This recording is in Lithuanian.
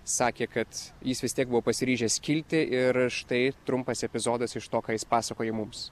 sakė kad jis vis tiek buvo pasiryžęs kilti ir štai trumpas epizodas iš to ką jis pasakoja mums